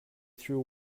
threw